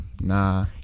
Nah